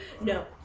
No